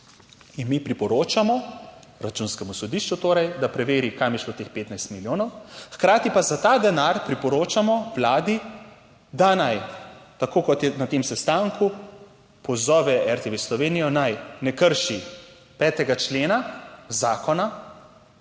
In mi priporočamo Računskemu sodišču, da preveri, kam je šlo teh 15 milijonov, hkrati pa za ta denar priporočamo Vladi, da naj tako kot je na tem sestanku, pozove RTV Slovenija naj ne krši 5. člena zakona,